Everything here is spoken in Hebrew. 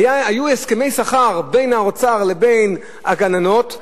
היו הסכמי שכר בין האוצר לבין המטפלות,